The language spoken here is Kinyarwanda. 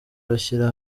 bashyira